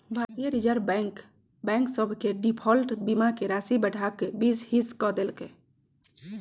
भारतीय reserve bank bank सभ के डिफॉल्ट बीमा के राशि बढ़ा कऽ बीस हिस क देल्कै